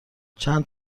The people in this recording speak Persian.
چند